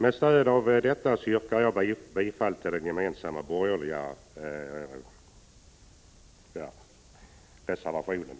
Med stöd av detta yrkar jag bifall till den gemensamma borgerliga reservationen.